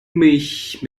mich